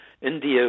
India